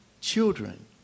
children